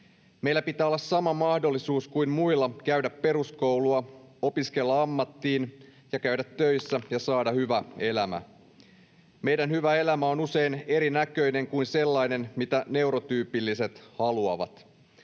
Meillä pitää olla sama mahdollisuus kuin muilla käydä peruskoulua, opiskella ammattiin ja käydä töissä ja saada hyvä elämä. Meidän hyvä elämä on usein erinäköinen kuin sellainen, mitä neurotyypilliset haluavat.